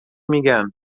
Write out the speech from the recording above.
میگن